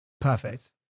perfect